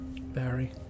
Barry